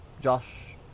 Josh